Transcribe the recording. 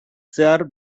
zehar